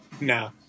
No